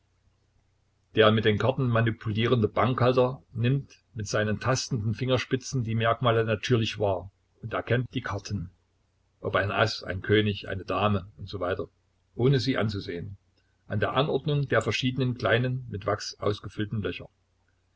der mit den karten manipulierende bankhalter nimmt mit seinen tastenden fingerspitzen die merkmale natürlich wahr und erkennt die karten ob ein aß ein könig eine dame usw ohne sie anzusehen an der anordnung der verschiedenen kleinen mit wachs ausgefüllten löcher